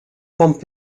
pump